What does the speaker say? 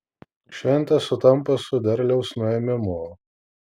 šventė sutampa su derliaus nuėmimu